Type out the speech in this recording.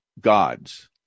gods